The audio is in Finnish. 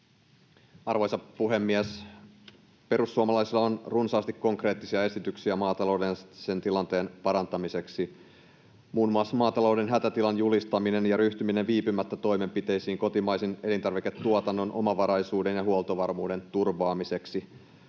Arvoisa puhemies! Perussuomalaisilla on runsaasti konkreettisia esityksiä maatalouden tilanteen parantamiseksi, muun muassa maatalouden hätätilan julistaminen ja ryhtyminen viipymättä toimenpiteisiin kotimaisen elintarviketuotannon omavaraisuuden ja huoltovarmuuden turvaamiseksi,